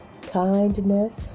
kindness